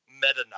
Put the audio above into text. meta